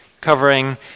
covering